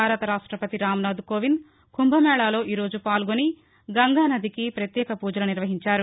భారత రాష్టపతి రామ్నాథ్ కోవింద్ కుంభమేళాలో ఈరోజు పాల్గొని గంగానదికి పత్యేక పూజలు నిర్వహించారు